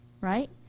right